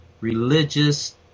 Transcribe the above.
religious